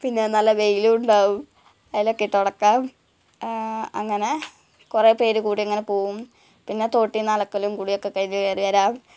പിന്നെ നല്ല വേയിൽ ഉണ്ടാവും അതിലൊക്കെയിട്ട് ഉണക്കാം അങ്ങനെ കുറേപ്പേർ കൂടി ഇങ്ങനെ പോവും പിന്നെ തോട്ടിൽ നിന്ന് അലക്കലും കുളിയൊക്കെ കഴിഞ്ഞ് കയറിവരാം